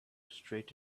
straight